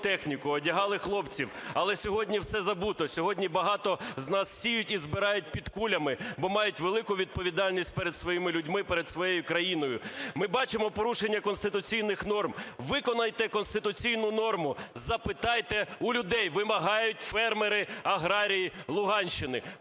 одягали хлопців, але сьогодні все забуто, сьогодні багато з нас сіють і збирають під кулями, бо мають велику відповідальність перед своїми людьми, перед своєю країною. Ми бачимо порушення конституційних норм. Виконайте конституційну норму, запитайте у людей". Вимагають фермери, аграрії Луганщини.